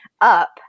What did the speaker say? up